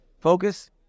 focus